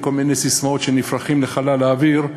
כל מיני ססמאות שנזרקות לחלל האוויר,